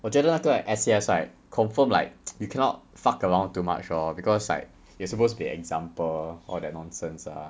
我觉得那个 S_C_S right confirm like you cannot fuck around too much lor because like you're supposed to be an example all that nonsense lah